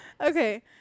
Okay